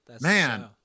Man